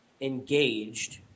engaged